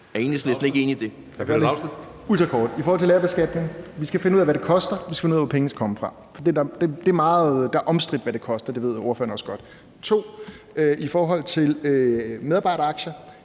Dragsted (EL): Jeg skal gøre det ultrakort. I forhold til lagerbeskatning skal vi finde ud af, hvad det koster, og hvor pengene skal komme fra. For det er omstridt, hvad det koster, og det ved ordføreren også godt. I forhold til medarbejderaktier